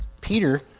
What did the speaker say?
Peter